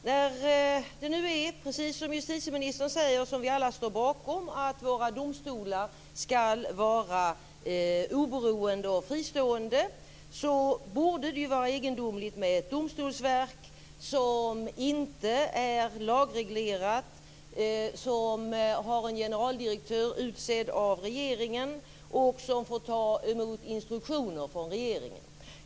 När det nu är så, precis som justitieministern säger, att vi alla står bakom att våra domstolar ska vara oberoende och fristående borde det vara egendomligt med ett domstolsverk som inte är lagreglerat, som har en generaldirektör utsedd av regeringen och som får ta emot instruktioner från regeringen.